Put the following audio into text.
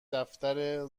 دفتر